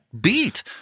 beat